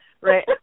right